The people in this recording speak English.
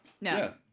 No